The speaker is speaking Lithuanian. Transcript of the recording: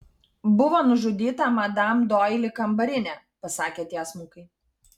buvo nužudyta madam doili kambarinė pasakė tiesmukai